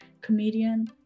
comedian